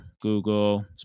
Google